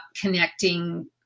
connecting